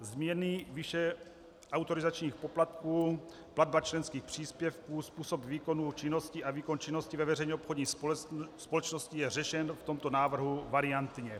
Změny výše autorizačních poplatků, platba členských příspěvků, způsob výkonu činnosti a výkon činnosti ve veřejně obchodní společnosti je řešen v tomto návrhu variantně.